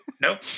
nope